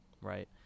right